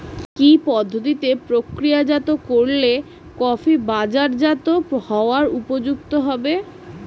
কি পদ্ধতিতে প্রক্রিয়াজাত করলে কফি বাজারজাত হবার উপযুক্ত হবে?